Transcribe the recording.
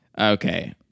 okay